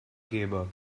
gabor